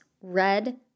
red